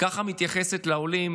ככה מתייחסת לעולים